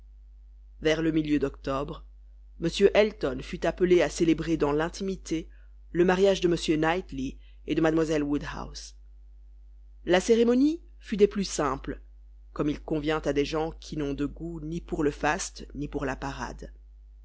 vers le milieu d'octobre m elton fut appelé à célébrer dans l'intimité le mariage de m knightley et de mlle woodhouse la cérémonie fut des plus simples comme il convient à des gens qui n'ont de goût ni pour le faste ni pour la parade